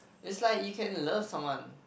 it's like you can love someone